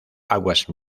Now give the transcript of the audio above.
aguas